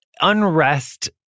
unrest